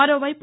మరోవైపు